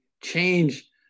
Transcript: change